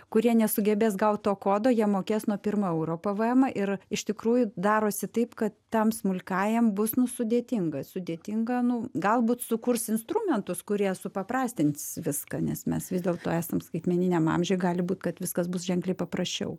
kurie nesugebės gaut to kodo jie mokės nuo pirmo euro pvmą ir iš tikrųjų darosi taip kad tam smulkiajam bus nu sudėtinga sudėtinga nu galbūt sukurs instrumentus kurie supaprastins viską nes mes vis dėlto esam skaitmeniniam amžiuj gali būt kad viskas bus ženkliai paprasčiau